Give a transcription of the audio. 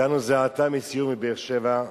הגענו זה עתה מסיור בבאר-שבע,